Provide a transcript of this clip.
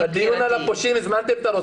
בדיון על הפושעים הזמנתם את הרוצח?